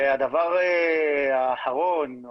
והדבר האחרון,